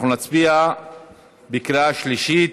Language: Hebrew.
אנחנו נצביע בקריאה השלישית.